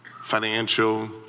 financial